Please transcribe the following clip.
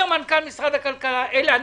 אומר מנכ"ל הכלכלה: אלה הנתונים.